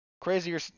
Crazier